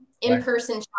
in-person